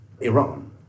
Iran